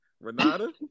Renata